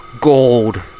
gold